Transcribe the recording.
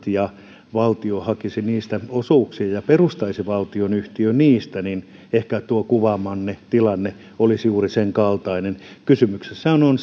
ja valtio hakisi niistä yrityksistä osuuksia ja perustaisi valtionyhtiön niistä ehkä tuo kuvaamanne tilanne olisi juuri sen kaltainen kysymyksessähän on